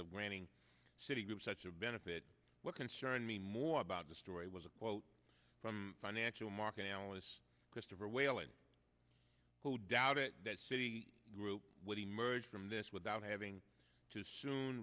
of granting citi group such a benefit what concerned me more about the story was a quote from financial market analyst christopher whalen who doubted that citi group would emerge from this without having to soon